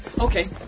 Okay